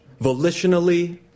volitionally